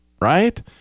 right